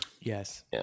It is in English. Yes